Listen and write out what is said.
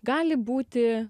gali būti